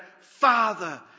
Father